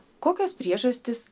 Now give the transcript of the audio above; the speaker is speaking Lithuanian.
kokios priežastys